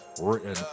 written